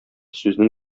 сүзнең